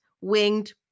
winged